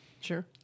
Sure